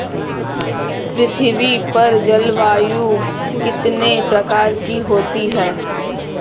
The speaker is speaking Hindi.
पृथ्वी पर जलवायु कितने प्रकार की होती है?